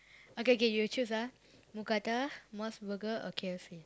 okay K you choose ah mookata Mos-Burger or K_F_C